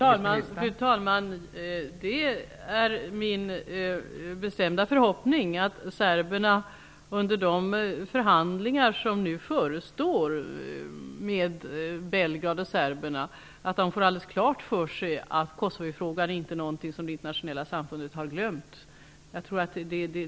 Fru talman! Det är min bestämda förhoppning att serberna under de förhandlingar med Belgrad som nu förestår får klart för sig att det internationella samfundet inte har glömt Kosovofrågan.